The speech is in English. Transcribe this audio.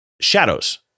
Shadows